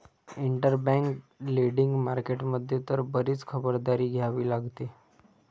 interbank lending market मध्ये तर बरीच खबरदारी घ्यावी लागते